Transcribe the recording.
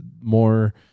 more